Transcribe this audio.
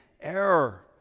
error